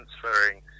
transferring